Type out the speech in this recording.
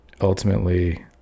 ultimately